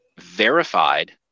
verified